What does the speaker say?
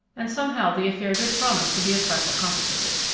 and somehow the affair did promise to be a trifle complicated.